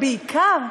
בעיקר,